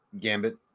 Gambit